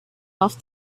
off